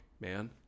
man